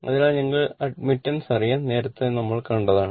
അതിനാൽ ഞങ്ങൾക്ക് അഡ്മിറ്റാൻസ് അറിയാം നേരത്തെ നമ്മൾ കണ്ടതാണ്